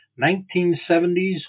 1970s